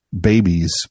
babies